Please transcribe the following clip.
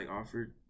offered